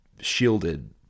shielded